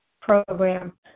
program